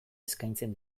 eskaintzen